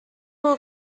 will